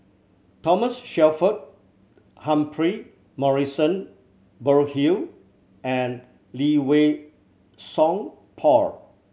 Thomas Shelford Humphrey Morrison Burkill and Lee Wei Song Paul